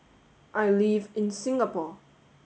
I live in Singapore